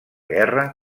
guerra